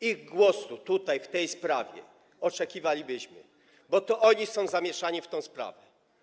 Ich głosu tutaj, w tej sprawie byśmy oczekiwali, bo to oni są zamieszani w tę sprawę.